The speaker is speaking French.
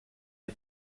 est